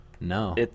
No